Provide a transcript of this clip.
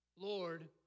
Lord